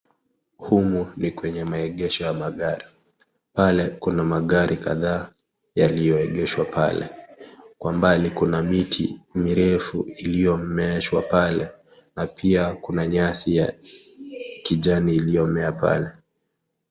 Humu ni kwenye maegesho ya magari, pale kuna magari kadhaa yaliyoegeshwa pale, kwa mbali kuna miti mirefu iliyomeeshwa pale na pia kuna nyasi ya kijani iliyomea pale.